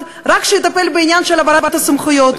שיטפל רק בעניין של העברת הסמכויות,